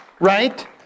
Right